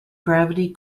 gravity